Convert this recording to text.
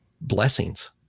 blessings